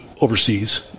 overseas